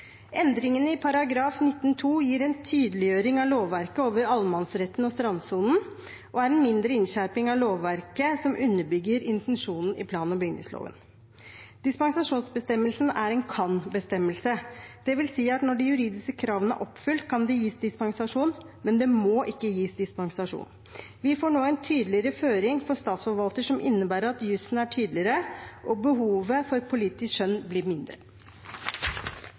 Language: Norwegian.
Endringene i § 19-2 gir en tydeliggjøring av lovverket over allemannsretten og strandsonen og er en mindre innskjerping av lovverket som underbygger intensjonen i plan- og bygningsloven. Dispensasjonsbestemmelsen er en kan-bestemmelse, dvs. at når de juridiske kravene er oppfylt, kan det gis dispensasjon, men det må ikke gis dispensasjon. Vi får nå en tydeligere føring for Statsforvalteren som innebærer at jussen er tydeligere, og behovet for politisk skjønn blir mindre.